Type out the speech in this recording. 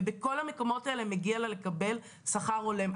ובכל המקומות האלה מגיע לה לקבל שכר הולם.